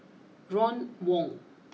Ron Wong